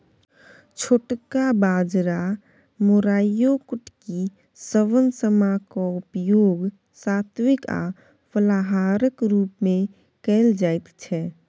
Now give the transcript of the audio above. छोटका बाजरा मोराइयो कुटकी शवन समा क उपयोग सात्विक आ फलाहारक रूप मे कैल जाइत छै